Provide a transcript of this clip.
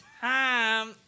time